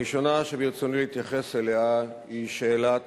הראשונה שברצוני להתייחס אליה היא שאלת